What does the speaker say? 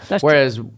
Whereas